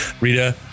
Rita